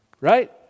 Right